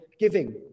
Giving